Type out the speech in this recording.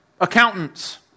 Accountants